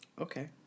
Okay